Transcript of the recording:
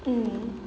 mm